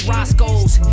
Roscoe's